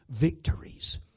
victories